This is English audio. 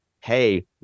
hey